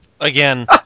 Again